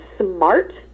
smart